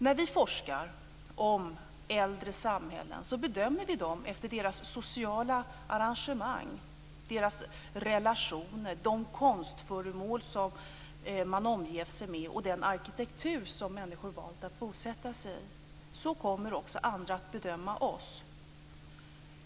När vi forskar om äldre samhällen bedömer vi dem efter deras sociala arrangemang, deras relationer, de konstföremål som man omger sig med och den arkitektur som människor har valt att bosätta sig i. Så kommer också andra att bedöma oss.